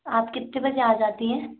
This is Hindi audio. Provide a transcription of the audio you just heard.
आप कितने बजे आ जाती हैं